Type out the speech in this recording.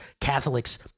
Catholics